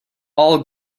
all